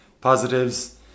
positives